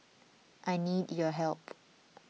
I need your help